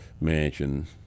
mansion